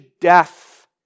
death